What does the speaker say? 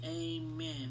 amen